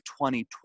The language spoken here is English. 2020